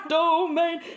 domain